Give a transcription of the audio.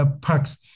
parks